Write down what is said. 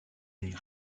est